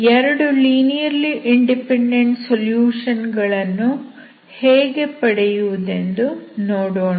2 linearly independent solution ಗಳನ್ನು ಹೇಗೆ ಪಡೆಯುವುದೆಂದು ನೋಡೋಣ